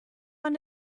man